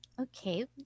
Okay